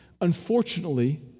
Unfortunately